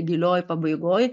gilioj pabaigoj